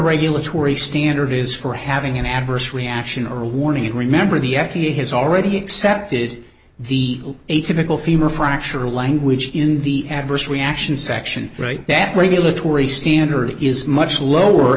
regulatory standard is for having an adverse reaction or a warning and remember the f d a has already accepted the atypical femur fracture language in the adverse reaction section right that regulatory standard is much lower